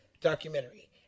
documentary